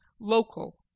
local